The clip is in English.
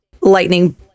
lightning